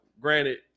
granted